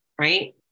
right